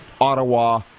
Ottawa